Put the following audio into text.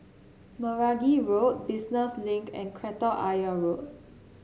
Meragi Road Business Link and Kreta Ayer Road